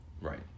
Right